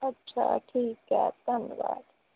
ਅੱਛਾ ਠੀਕ ਹੈ ਧੰਨਵਾਦ